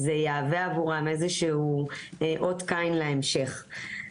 זה יהווה עבורם אות קין להמשך.